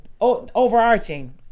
overarching